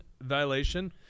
violation